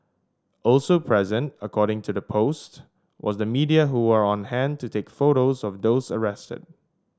also present according to the post was the media who are on hand to take photos of those arrested